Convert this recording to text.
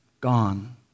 gone